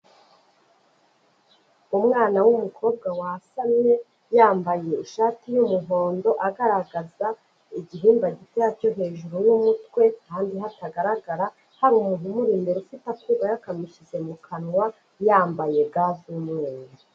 Umwana w'umukobwa wasamye yambaye ishati y'umuhondo agaragaza igihimba gitoya cyo hejuru y'umutwe kandi hatagaragara, hari umuntu umuri imbere ufite akuma yakamushyize mu kanwa yambaye ga z'umweru.